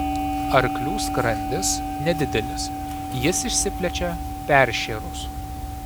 arklių skrandis nedidelis jis išsiplečia peršėrus